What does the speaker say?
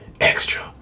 extra